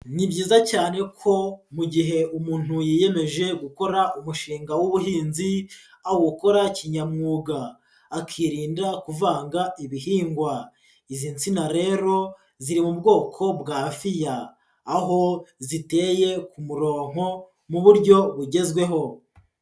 Ni byiza cyane ko mu gihe umuntu yiyemeje gukora umushinga w'ubuhinzi awukora kinyamwuga, akirinda kuvanga ibihingwa, izi nsina rero ziri mu bwoko bwa fiya aho ziteye ku murongo mu buryo bugezweho.